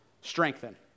strengthen